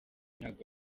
ntabwo